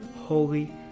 holy